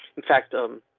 in fact. um